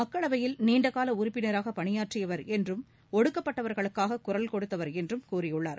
மக்களவையில் நீண்ட கால உறுப்பினராக பணியாற்றியவர் என்றும் ஒடுக்கப்பட்டவர்களுக்காக குரல் கொடுத்தவர் என்றும் கூறியுள்ளார்